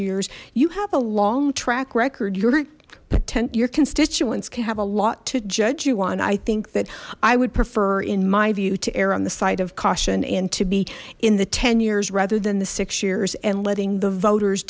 years you have a long track record your tenth your constituents can have a lot to judge you on i think that i would prefer in my view to err on the side of caution and to be in the ten years rather than the six years and letting the voters